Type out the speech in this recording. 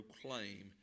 proclaim